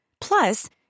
Plus